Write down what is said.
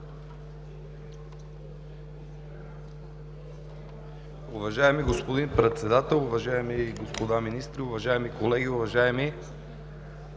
Уважаеми господин Председател, уважаеми господа министри, уважаеми колеги! Уважаеми